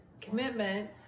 Commitment